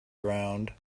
ground